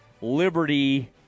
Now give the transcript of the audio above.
liberty